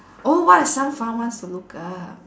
oh what are some fun ones to look up